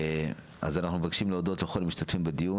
אז אנחנו מבקשים להודות לכל המשתתפים בדיון